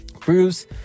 Bruce